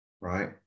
right